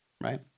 Right